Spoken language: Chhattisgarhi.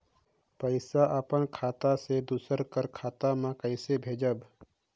पइसा अपन खाता से दूसर कर खाता म कइसे भेजब?